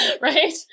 Right